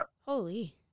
Holy